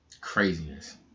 craziness